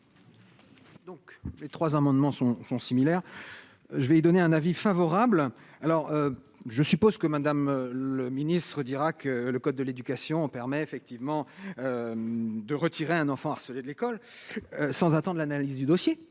les trois amendements sont similaires, je vais donner un avis favorable, alors je suppose que Madame le ministre, d'Irak, le code de l'éducation permet effectivement de retirer un enfant harcelé de l'école. Sans attendent l'analyse du dossier